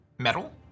Metal